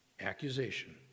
accusation